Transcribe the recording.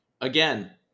again